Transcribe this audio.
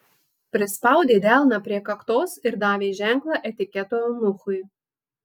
prispaudė delną prie kaktos ir davė ženklą etiketo eunuchui